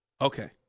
Okay